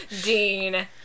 Dean